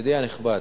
ידידי הנכבד,